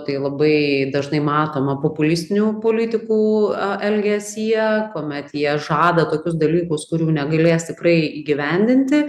tai labai dažnai matoma populistinių politikų a elgesyje kuomet jie žada tokius dalykus kurių negalės tikrai įgyvendinti